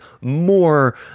more